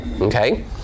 okay